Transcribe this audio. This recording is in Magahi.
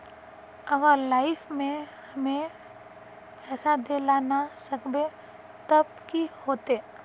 अगर लाइफ में हैम पैसा दे ला ना सकबे तब की होते?